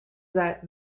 that